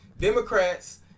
Democrats